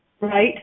right